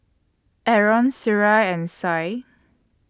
Aaron Suria and Syed